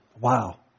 Wow